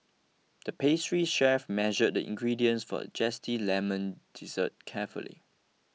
the pastry chef measured the ingredients for a Zesty Lemon Dessert carefully